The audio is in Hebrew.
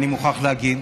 אני מוכרח להגיד,